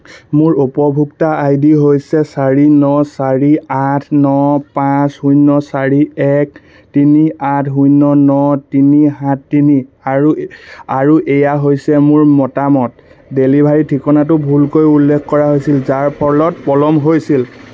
মোৰ উপভোক্তা I D হৈছে চাৰি ন চাৰি আঠ ন পাঁচ শূন্য চাৰি এক তিনি আঠ শূন্য ন তিনি সাত তিনি আৰু আৰু এয়া হৈছে মোৰ মতামত ডেলিভাৰী ঠিকনাটো ভুলকৈ উল্লেখ কৰা হৈছিল যাৰ ফলত পলম হৈছিল